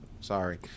sorry